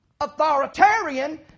Authoritarian